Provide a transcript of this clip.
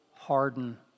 harden